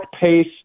pace